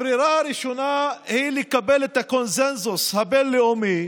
הברירה הראשונה היא לקבל את הקונסנזוס הבין-לאומי,